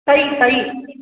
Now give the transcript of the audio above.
तई तई